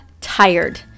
tired